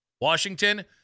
Washington